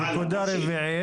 נקודה רביעית.